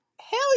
hell